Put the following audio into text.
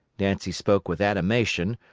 nancy spoke with animation,